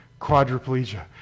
quadriplegia